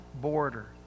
border